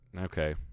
okay